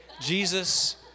Jesus